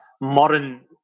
modern